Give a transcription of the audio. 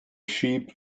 sheep